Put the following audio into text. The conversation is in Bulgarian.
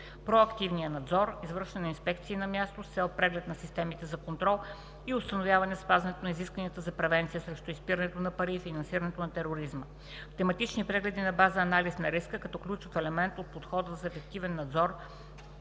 проактивен надзор – извършване на инспекции на място, с цел преглед на системите за контрол и установяване спазването на изискванията за превенция срещу изпирането на пари и финансиране на тероризъм; - тематични прегледи на база анализ на риска като ключов елемент от подхода за ефективен надзор